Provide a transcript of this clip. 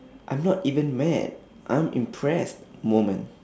I'm not even mad I'm impressed moment